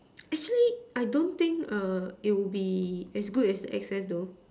actually I don't think err it will be as good as the X S though